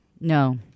No